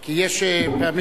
כי יש פעמים,